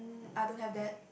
mm I don't have that